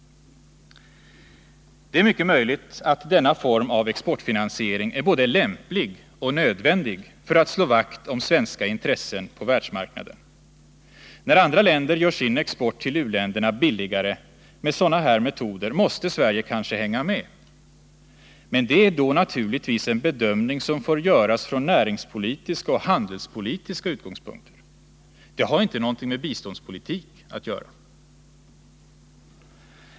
Det är mycket möjligt att denna form av exportfinansiering är både lämplig och nödvändig för att slå vakt om svenska intressen på världsmarknaden. När andra länder gör sin export till u-länderna billigare med sådana här metoder måste Sverige kanske hänga med. Men det är då naturligtvis en bedömning som får göras från näringspolitiska och handelspolitiska utgångspunkter. Det har inte någonting med biståndspolitik att göra.